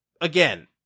again